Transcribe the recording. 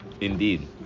indeed